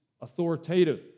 authoritative